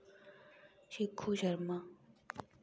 Shikhu Sharma